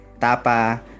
tapa